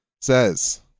says